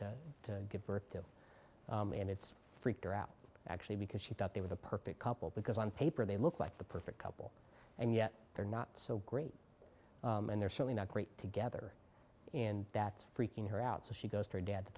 to give birth to and it's freaked her out actually because she thought they were the perfect couple because on paper they look like the perfect and yet they're not so great and they're certainly not great together and that's freaking her out so she goes to her dad to